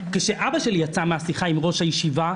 כשאבא שלי יצא מן השיחה עם ראש הישיבה,